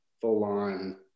full-on